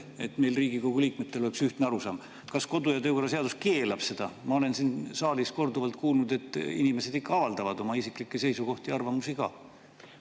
on meil, Riigikogu liikmetel, ühtne arusaam. Kas kodu- ja töökorra seadus keelab seda? Ma olen siin saalis korduvalt kuulnud, et inimesed ikka avaldavad oma isiklikke seisukohti ja arvamusi.